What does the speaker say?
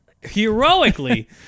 heroically